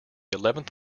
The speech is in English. eleventh